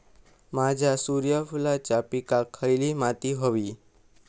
माझ्या सूर्यफुलाच्या पिकाक खयली माती व्हयी?